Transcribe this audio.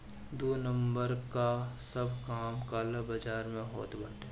दू नंबर कअ सब काम काला बाजार में होत बाटे